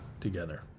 together